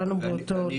כולנו באותו תא.